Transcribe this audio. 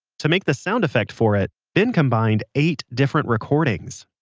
to make the sound effect for it, ben combined eight different recordings.